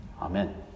Amen